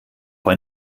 bei